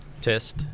Test